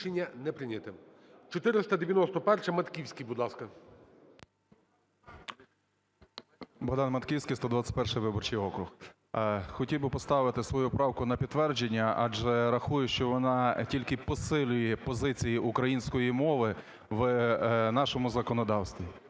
Рішення не прийнято.